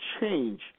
change